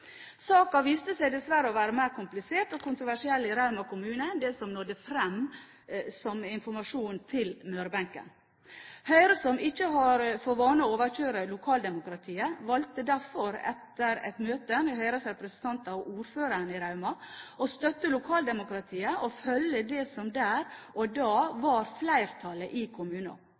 dessverre å være mer komplisert og kontroversiell i Rauma kommune enn det som nådde fram av informasjon til Mørebenken. Høyre, som ikke har for vane å overkjøre lokaldemokratiet, valgte derfor etter et møte med Høyres representanter og ordføreren i Rauma å støtte lokaldemokratiet og følge det som der og da var flertallet i kommunen.